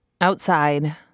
Outside